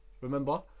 Remember